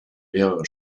mehrere